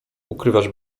ukrywać